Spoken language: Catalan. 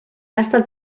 tasta